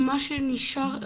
מה שנשאר,